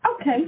Okay